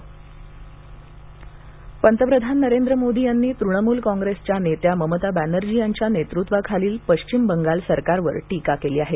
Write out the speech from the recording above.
पश्चिम बंगाल पंतप्रधान नरेंद्र मोदी यांनी तृणमूल कांग्रेसच्या नेत्या ममता बनर्जी यांच्या नेतृत्वाखालील पश्चिम बंगाल सरकार वर टीका केली आहे